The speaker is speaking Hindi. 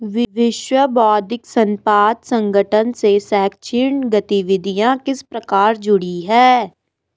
विश्व बौद्धिक संपदा संगठन से शैक्षणिक गतिविधियां किस प्रकार जुड़ी हैं?